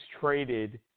traded